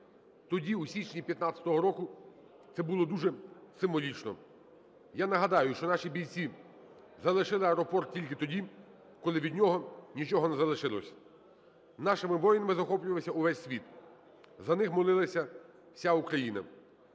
Тоді, у січні 15-го року, це було дуже символічно. Я нагадаю, що наші бійці залишили аеропорт тільки тоді, коли від нього нічого не залишилося. Нашими воїнами захоплювався увесь світ, за них молилася вся Україна.